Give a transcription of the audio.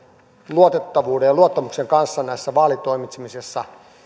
luotettavuuden ja luottamuksen kanssa näissä vaalitoimitsemisissa